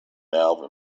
alvin